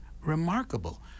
remarkable